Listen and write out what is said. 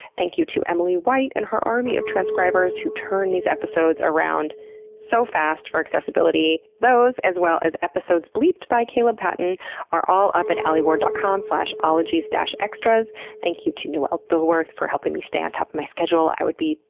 thank you to emily white and her army of transcribers who turn these episodes around so fast for accessibility. those, as well as episodes bleeped by caleb patton are all up at alieward dot com ologies-extras. thank you to noel dilworth for helping me stay on top of my schedule. i would be,